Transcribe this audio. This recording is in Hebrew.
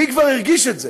מי כבר הרגיש את זה?